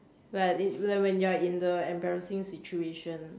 like it like when you are in the embarrassing situation